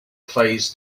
phase